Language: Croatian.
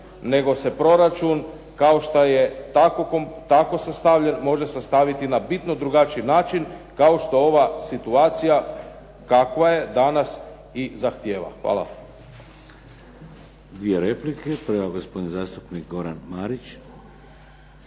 nego se proračun kao što je tako sastavljen može sastaviti na bitno drugačiji način kao što ova situacija kakva je danas i zahtijeva. Hvala.